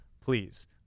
please